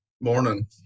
Morning